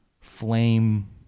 flame